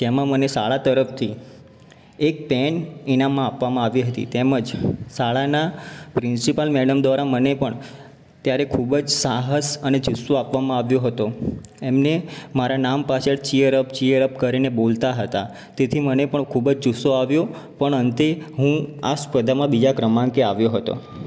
જેમાં મને શાળા તરફથી એક પૅન ઇનામમાં આપવામાં આવી હતી તેમજ શાળાનાં પ્રિન્સિપાલ મૅડમ દ્વારા મને પણ ત્યારે ખૂબ જ સાહસ અને જુસ્સો આપવામાં આવ્યો હતો એમને મારા નામ પાછળ ચીયરઅપ ચીયરઅપ કરીને બોલતાં હતાં તેથી મને પણ ખૂબ જુસ્સો આવ્યો પણ અંતે હું આ સ્પર્ધામાં બીજા ક્રમાંકે આવ્યો હતો